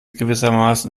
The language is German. gewissermaßen